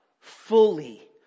fully